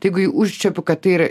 tai jeigu užčiuopiu kad yra